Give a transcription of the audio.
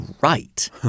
right